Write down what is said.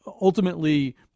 ultimately